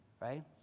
right